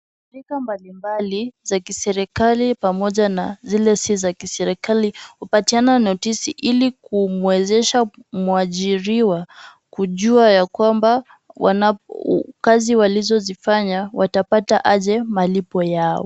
Shirika mbalimbali za kiserikali pamoja na zile si za kiserikali, hupatiana notisi ili kumwezesha mwajiriwa kujua ya kwamba wanapo, kazi walizozifanya, watapata aje malipo yao.